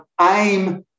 aim